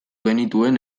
genituen